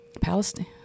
palestine